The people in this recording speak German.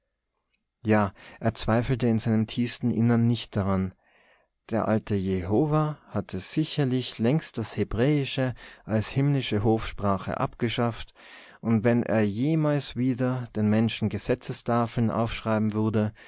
ja er zweifelte in seinem tiefsten innern nicht daran der alte jehova hatte sicherlich längst das hebräische als himmlische hofsprache abgeschafft und wenn er jemals wieder den menschen gesetzestafeln aufschreiben würde